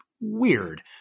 weird